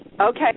Okay